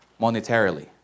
monetarily